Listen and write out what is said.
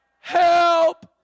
Help